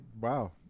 wow